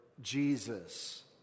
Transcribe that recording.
Jesus